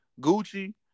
Gucci